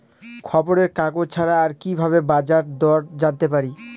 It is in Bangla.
খবরের কাগজ ছাড়া আর কি ভাবে বাজার দর জানতে পারি?